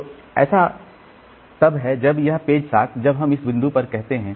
तो ऐसा तब है जब यह पेज 7 जब हम इस बिंदु पर कहते हैं